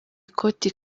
ikoti